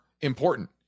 important